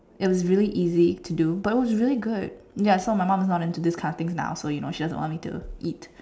it was really easy to do but it was really good ya so my mom is not into this kind of things now so she just doesn't me to eat